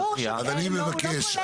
ברור, לא הוא לא כולל מנחתים.